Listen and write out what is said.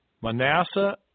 Manasseh